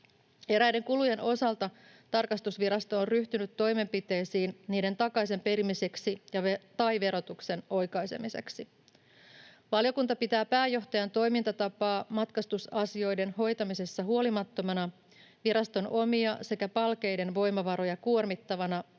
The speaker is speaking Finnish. Eräiden kulujen osalta tarkastusvirasto on ryhtynyt toimenpiteisiin niiden takaisinperimiseksi tai verotuksen oikaisemiseksi. Valiokunta pitää pääjohtajan toimintatapaa matkustusasioiden hoitamisessa huolimattomana, viraston omia sekä Palkeiden voimavaroja kuormittavana